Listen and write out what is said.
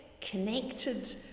connected